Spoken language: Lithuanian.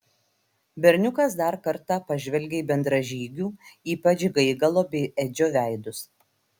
berniukas dar kartą pažvelgė į bendražygių ypač gaigalo bei edžio veidus